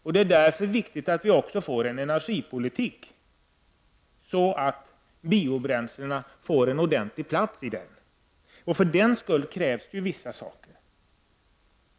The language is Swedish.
Dö är det viktigt att vi också får en energipolitik så att biobränslena får en ordentlig plats. För detta krävs vissa saker.